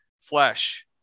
flesh